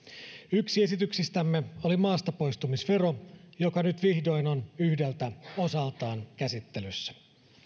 yksi esityksistämme oli maastapoistumisvero joka nyt vihdoin on yhdeltä osaltaan käsittelyssä